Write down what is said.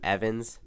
Evans